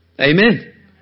Amen